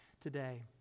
today